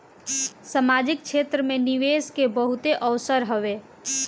सामाजिक क्षेत्र में निवेश के बहुते अवसर हवे